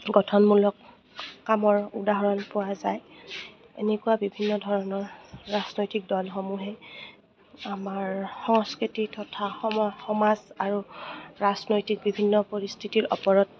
গঠনমূলক কামৰ উদাহৰণ পোৱা যায় এনেকুৱা বিভিন্ন ধৰণৰ ৰাজনৈতিক দলসমূহে আমাৰ সংস্কৃতি তথা সম সমাজ আৰু ৰাজনৈতিক বিভিন্ন পৰিস্থিতিৰ ওপৰত